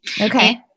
okay